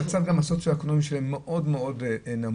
המצב הסוציו-אקונומי שלהם מאוד נמוך,